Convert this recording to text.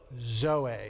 zoe